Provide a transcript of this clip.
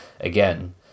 again